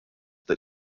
that